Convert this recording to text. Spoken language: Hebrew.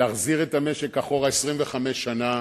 להחזיר את המשק אחורה 25 שנה,